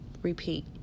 Repeat